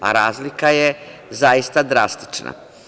Razlika je zaista drastična.